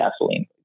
gasoline